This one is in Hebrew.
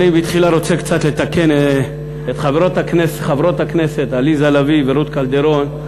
אני בתחילה רוצה קצת לתקן את חברות הכנסת עליזה לביא ורות קלדרון.